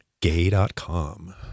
gay.com